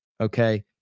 okay